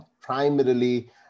primarily